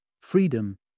Freedom